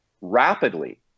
rapidly